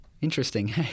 Interesting